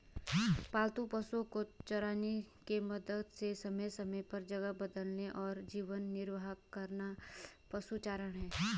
पालतू पशुओ को चराने के मकसद से समय समय पर जगह बदलना और जीवन निर्वाह करना पशुचारण है